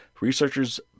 researchers